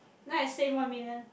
then I save one million